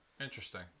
Interesting